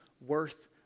worth